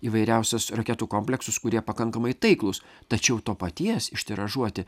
įvairiausias raketų kompleksus kurie pakankamai taiklūs tačiau to paties ištiražuoti